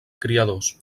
criadors